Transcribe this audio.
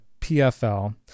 PFL